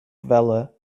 valor